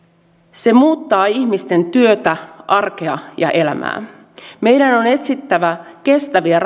se muuttaa ihmisten työtä arkea ja elämää meidän on etsittävä kestäviä